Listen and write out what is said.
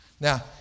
Now